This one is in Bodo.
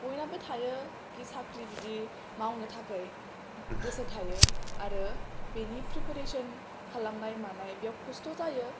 बयहाबो थायो खि साख्रि बिदि मावनो थाखै गोसो थायो आरो बिनि फ्रिफेरेशन खालामनाय मानाय बेयाव खस्थ' जायो